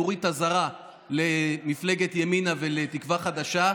נורית אזהרה למפלגת ימינה ולתקווה חדשה,